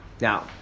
Now